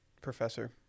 professor